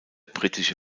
britische